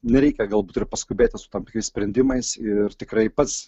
nereikia galbūt ir paskubėti su tam tikrais sprendimais ir tikrai pats